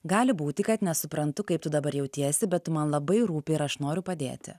gali būti kad nesuprantu kaip tu dabar jautiesi bet tu man labai rūpi ir aš noriu padėti